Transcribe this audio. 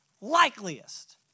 likeliest